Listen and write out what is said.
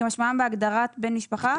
כמשמעם בהגדרת בן משפחה,